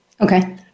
Okay